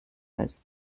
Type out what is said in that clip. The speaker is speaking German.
als